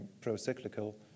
pro-cyclical